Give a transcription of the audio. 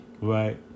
right